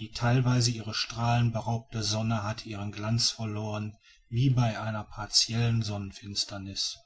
die theilweise ihrer strahlen beraubte sonne hatte ihren glanz verloren wie bei einer partiellen sonnenfinsterniß